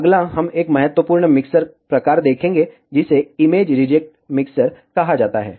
अगला हम एक महत्वपूर्ण मिक्सर प्रकार देखेंगे जिसे इमेज रिजेक्ट मिक्सर कहा जाता है